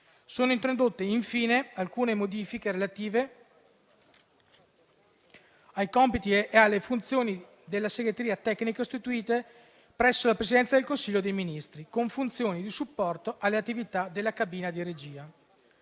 Sono introdotte infine alcune modifiche relative ai compiti e alle funzioni della Segreteria tecnica istituita presso la Presidenza del Consiglio dei ministri con funzioni di supporto alle attività della cabina di regia.